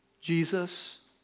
Jesus